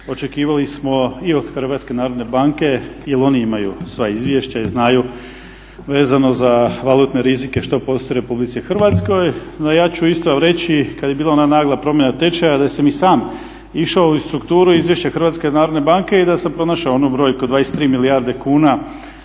od Hrvatske narodne banke jer oni imaju sva izvješća i znaju vezano za valutne rizike što postoji u Republici Hrvatskoj. No, ja ću isto reći kad je bila ona nagla promjena tečaja da sam i sam išao u strukturu izvješća Hrvatske narodne banke i da sam pronašao onu brojku od 23 milijarde kuna,